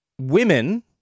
Women